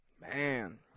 man